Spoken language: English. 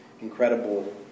incredible